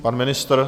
Pan ministr?